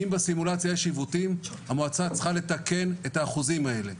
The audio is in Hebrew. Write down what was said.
אם בסימולציה יש עיוותים המועצה צריכה לתקן את האחוזים האלה.